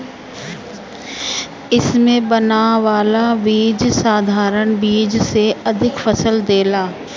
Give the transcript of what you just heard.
इसे बनावल बीज साधारण बीज से अधिका फसल देला